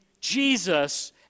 Jesus